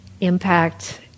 impact